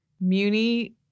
muni